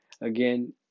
again